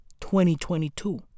2022